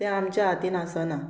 तें आमच्या हातीन आसना